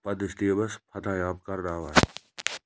پنٛنِس ٹیٖمَس فتح یاب کَرناوان